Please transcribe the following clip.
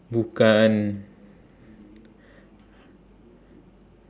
bukan